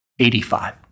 85